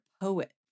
poet